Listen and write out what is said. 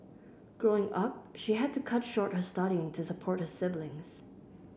Growing Up she had to cut short her studying to support her siblings